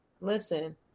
listen